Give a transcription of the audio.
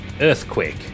Earthquake